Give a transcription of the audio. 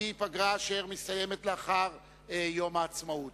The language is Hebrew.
היא פגרה אשר מסתיימת לאחר יום העצמאות.